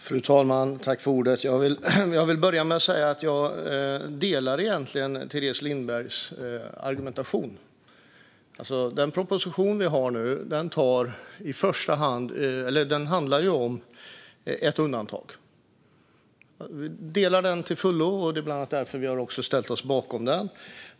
Fru talman! Jag vill börja med att säga att jag instämmer i Teres Lindbergs argumentation. Den proposition vi har nu handlar om ett undantag. Jag håller med till fullo, och det är bland annat därför som vi har ställt oss bakom den.